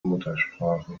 muttersprache